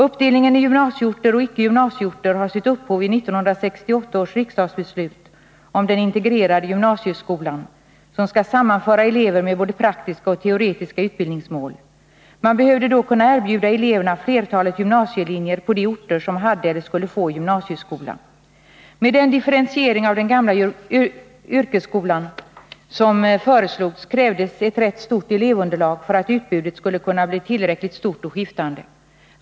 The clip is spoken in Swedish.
Uppdelningen i gymnasieorter och icke gymnasieorter har sitt upphov i 1968 års riksdagsbeslut om den integrerade gymnasieskolan, som skall sammanföra elever med både praktiska och teoretiska utbildningsmål. Man behövde då kunna erbjuda eleverna flertalet gymnasielinjer på de orter som hade eller skulle få gymnasieskola. Med den differentiering av den gamla yrkesskolan som föreslogs krävdes ett rätt stort elevunderlag för att utbudet skulle kunna bli tillräckligt stort och skiftande.